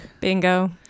bingo